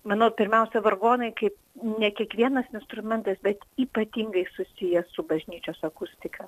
manau pirmiausia vargonai kaip ne kiekvienas instrumentas bet ypatingai susiję su bažnyčios akustika